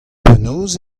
penaos